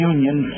Union